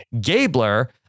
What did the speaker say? Gabler